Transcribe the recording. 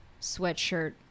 sweatshirt